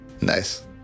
Nice